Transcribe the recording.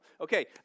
Okay